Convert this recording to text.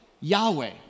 Yahweh